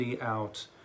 out